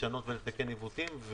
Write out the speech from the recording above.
לשנות ולתקן עיוותים.